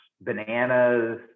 bananas